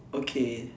okay